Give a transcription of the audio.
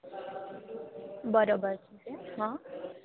બરોબર છે હઁ